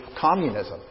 communism